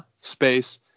space